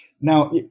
Now